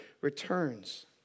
returns